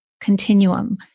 continuum